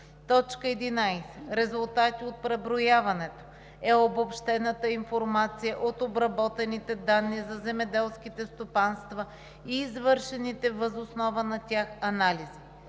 11. „Резултати от преброяването“ е обобщената информация от обработените данни за земеделските стопанства и извършените въз основа на тях анализи.